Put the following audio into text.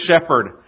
Shepherd